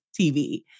TV